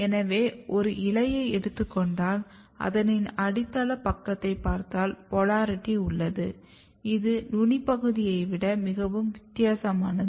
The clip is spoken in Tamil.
எனவே ஒரு இலையைப் எடுத்துக்கொண்டால் அதனின் அடித்தளப் பக்கத்தைப் பார்த்தால் போலாரிட்டி உள்ளது இது நுனிப்பகுதியை விட மிகவும் வித்தியாசமானது